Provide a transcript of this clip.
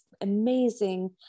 amazing